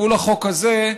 מול החוק הזה,